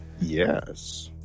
Yes